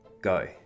go